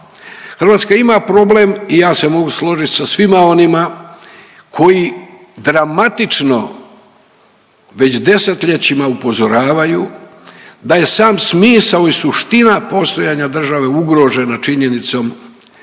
Hrvatska ima problem i ja se mogu složiti sa svima onima koji dramatično već 10-ljećima upozoravaju da je sam smisao i suština postojanja države ugrožena činjenicom da nas